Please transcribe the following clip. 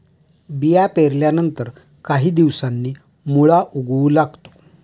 बिया पेरल्यानंतर काही दिवसांनी मुळा उगवू लागतो